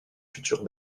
future